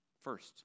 first